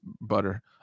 butter